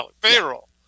payroll